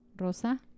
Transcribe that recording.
Rosa